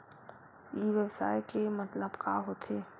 ई व्यवसाय के मतलब का होथे?